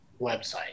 website